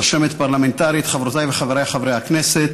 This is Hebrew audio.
הרשמת הפרלמנטרית, חברותיי וחבריי חברי הכנסת,